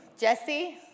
Jesse